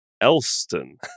Elston